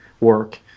work